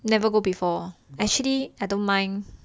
never go before actually I don't mind ya